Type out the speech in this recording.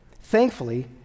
thankfully